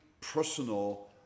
personal